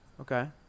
Okay